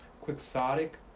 Quixotic